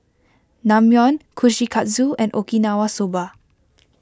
Naengmyeon Kushikatsu and Okinawa Soba